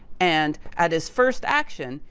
and at his first action,